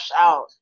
out